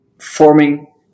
forming